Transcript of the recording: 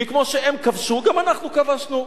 כי כמו שהם כבשו, גם אנחנו כבשנו.